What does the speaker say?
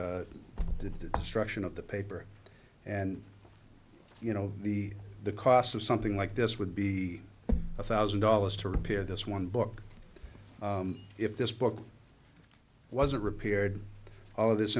do the destruction of the paper and you know the the cost of something like this would be a thousand dollars to repair this one book if this book wasn't repaired all of this